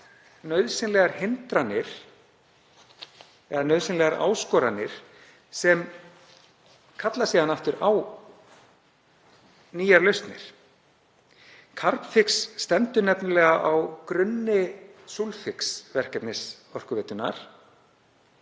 nauðsynlegar hindranir eða nauðsynlegar áskoranir sem kalla síðan aftur á nýjar lausnir. Carbfix stendur nefnilega á grunni Sulfix-verkefnis Orkuveitunnar